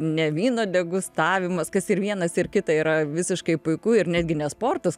ne vyno degustavimas kas ir vienas ir kita yra visiškai puiku ir netgi ne sportas